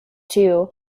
too